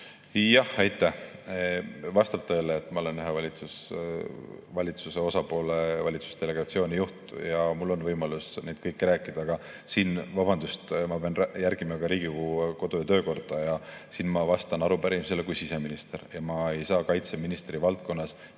Jah, aitäh! Vastab tõele, et ma olen valitsuse ühe osapoole valitsusdelegatsiooni juht ja mul on võimalus kõigist neist asjust rääkida, aga siin, vabandust, ma pean järgima ka Riigikogu kodu‑ ja töökorda ja siin ma vastan arupärimisele kui siseminister. Ma ei saa kaitseministri valdkonna